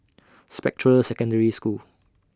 Spectra Secondary School